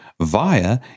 via